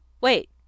Wait